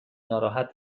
ناراحت